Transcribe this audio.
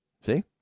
See